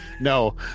no